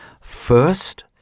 First